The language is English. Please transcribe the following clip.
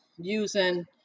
using